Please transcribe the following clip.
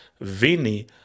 Vinny